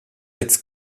jetzt